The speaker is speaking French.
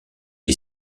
est